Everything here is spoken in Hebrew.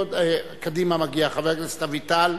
לקדימה מגיע, חבר הכנסת אביטל.